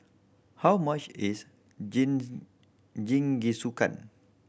how much is Jingisukan